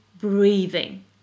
breathing